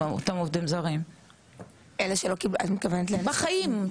בחיים שלהם, שלכם איתם, איך זה קורה?